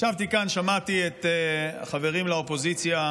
ישבתי כאן ושמעתי את החברים לאופוזיציה.